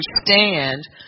understand